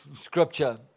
scripture